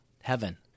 Heaven